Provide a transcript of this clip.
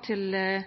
til produksjonsfasen på felt på norsk sokkel, medrekna krav til